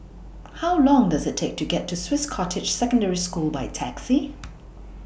How Long Does IT Take to get to Swiss Cottage Secondary School By Taxi